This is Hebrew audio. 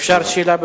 אפשר שאלה,